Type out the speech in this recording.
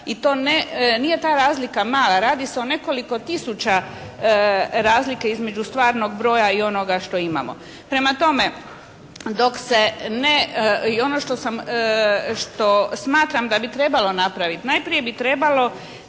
I to ne, nije ta razlika mala. Radi se o nekoliko tisuća razlika između stvarnog broja i onoga što imamo. Prema tome, dok se ne, i ono što smatram da bi trebalo napraviti. Najprije bi trebalo